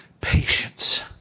patience